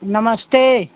नमस्ते